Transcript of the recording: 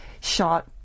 shot